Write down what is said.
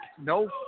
no